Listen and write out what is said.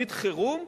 תוכנית חירום,